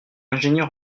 ingénieur